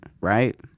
right